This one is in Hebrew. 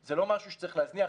זה לא משהו שצריך להזניח.